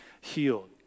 healed